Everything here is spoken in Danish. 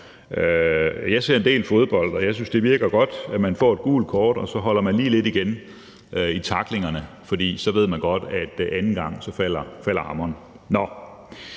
Jeg ser en del fodbold, og jeg synes, det virker godt, at man får et gult kort, og så holder man lige lidt igen i tacklingerne, for så ved man godt, at anden gang falder hammeren.